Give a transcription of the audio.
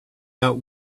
out